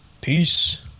Peace